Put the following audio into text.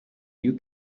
you